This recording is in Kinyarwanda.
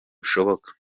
bushoboka